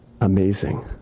amazing